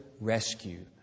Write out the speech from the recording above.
rescue